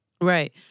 Right